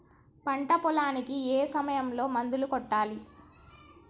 పంట పొలానికి ఏ సమయంలో మందులు కొట్టాలి?